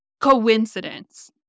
Coincidence